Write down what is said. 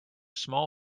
small